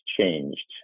changed